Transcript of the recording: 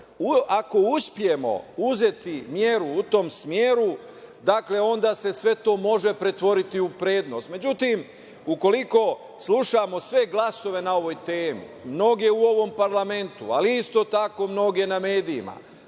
ako uspemo uzeti meru u tom smeru, dakle, onda se sve to može pretvoriti u vrednost.Međutim, ukoliko slušamo sve glasove na ovu temu, mnoge u ovom parlamentu, ali isto tako i mnoge na medijima,